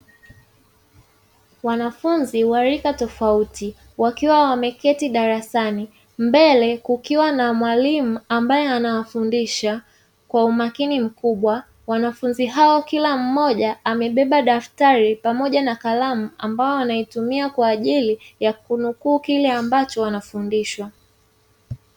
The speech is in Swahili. Wanafunzi wa rika tofauti wakiwa wameketi darasani, mbele kukiwa na mwalimu ambaye anawafundisha kwa umakini mkubwa, wanafunzi hao kila mmoja amebeba daftari pamoja na kalamu ambayo wanaitumia kwaajili ya kunukuu kile anachofundishwa.